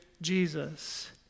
Jesus